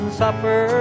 supper